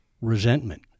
resentment